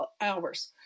hours